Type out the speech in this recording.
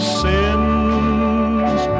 sin's